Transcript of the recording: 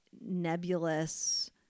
nebulous